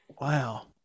Wow